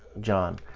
John